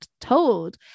told